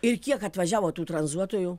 ir kiek atvažiavo tų tranzuotojų